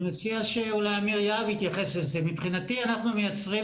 אני כתבתי דוח גדול שהמליץ לממשלה אז להקים